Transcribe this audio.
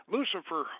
Lucifer